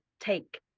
take